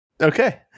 Okay